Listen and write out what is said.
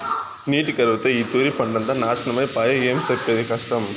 నీటి కరువుతో ఈ తూరి పంటంతా నాశనమై పాయె, ఏం సెప్పేది కష్టం